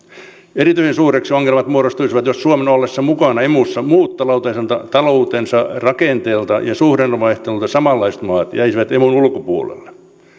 erityisen suuriksi ongelmat muodostuisivat jos suomen ollessa mukana emussa muut taloutensa taloutensa rakenteelta ja suhdannevaihtelulta samanlaiset maat jäisivät emun ulkopuolelle